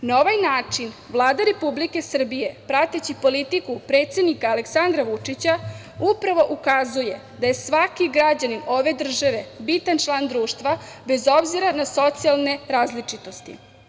Na ovaj način Vlada Republike Srbije prateći politiku predsednika Aleksandra Vučića upravo ukazuje da je svaki građanin ove države bitan član društva, bez obzira na socijalne različitosti.